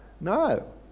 No